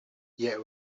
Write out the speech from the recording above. yet